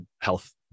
health